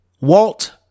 Walt